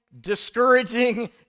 discouraging